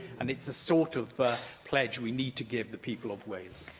and it's the sort of pledge we need to give the people of wales.